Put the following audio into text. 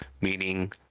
meaning